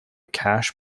cache